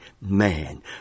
man